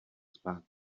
spát